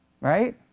Right